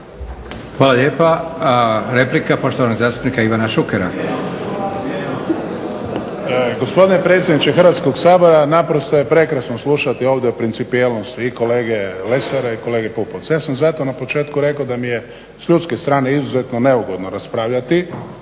Hvala lijepa. Replika poštovanog zastupnika Ivana Šukera.